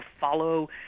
follow